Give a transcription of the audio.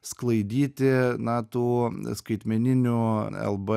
sklaidyti na tų skaitmeninių lb